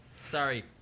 Sorry